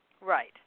right